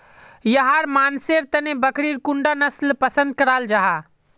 याहर मानसेर तने बकरीर कुंडा नसल पसंद कराल जाहा?